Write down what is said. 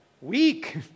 weak